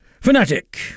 Fanatic